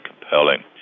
compelling